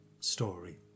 story